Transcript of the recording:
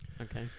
Okay